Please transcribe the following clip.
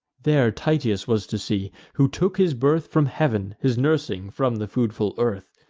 there tityus was to see, who took his birth from heav'n, his nursing from the foodful earth.